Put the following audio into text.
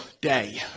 day